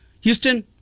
Houston